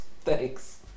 Thanks